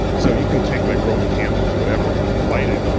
so you can take like, roman candles or whatever, light it,